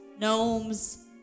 gnomes